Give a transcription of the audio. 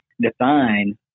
define